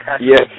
Yes